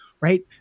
Right